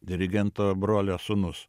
dirigento brolio sūnus